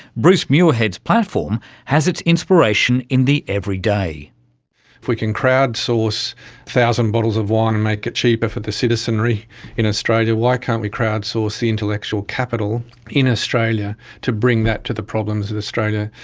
bruce muirhead's platform has its inspiration in the everyday. if we can crowd source one thousand bottles of wine and make it cheaper for the citizenry in australia, why can't we crowd source the intellectual capital in australia to bring that to the problems of australia.